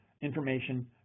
information